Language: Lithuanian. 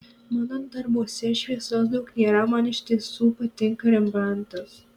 mano darbuose šviesos daug nėra man iš tiesų patinka rembrandtas